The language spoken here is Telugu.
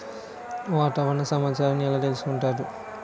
వాతావరణ సమాచారాన్ని ఎలా తెలుసుకుంటారు?